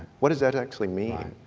what does that actually mean